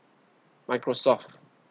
microsoft